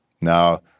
Now